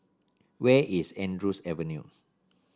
where is Andrews Avenue